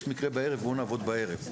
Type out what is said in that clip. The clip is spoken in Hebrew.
יש מקרה בערב אז בואו נעבוד בערב.